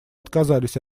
отказались